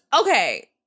okay